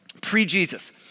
pre-Jesus